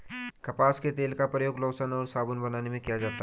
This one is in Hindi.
कपास के तेल का प्रयोग लोशन और साबुन बनाने में किया जाता है